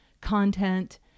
content